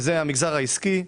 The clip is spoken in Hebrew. שזה המגזר העסקי.